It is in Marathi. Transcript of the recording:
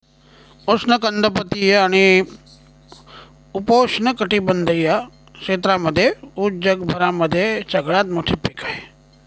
उष्ण कटिबंधीय आणि उपोष्ण कटिबंधीय क्षेत्रांमध्ये उस जगभरामध्ये सगळ्यात मोठे पीक आहे